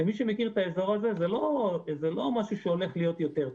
מי שמכיר את האזור הזה יודע שזה לא משהו שהולך להיות יותר טוב.